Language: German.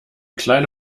kleine